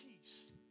peace